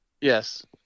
yes